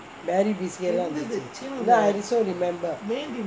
Marie biscuit lah இருந்ததது அதா:irunthathu athaa still remember